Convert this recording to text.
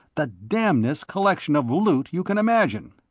the damnedest collection of loot you can imagine.